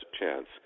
chance